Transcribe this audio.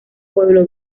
pueblo